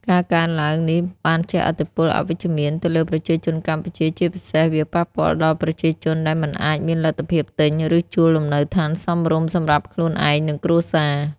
ការកើនឡើងនេះបានជះឥទ្ធិពលអវិជ្ជមានទៅលើប្រជាជនកម្ពុជា ជាពិសេសវាប៉ះពាល់ដល់ប្រជាជនដែលមិនអាចមានលទ្ធភាពទិញ ឬជួលលំនៅឋានសមរម្យសម្រាប់ខ្លួនឯង និងគ្រួសារ។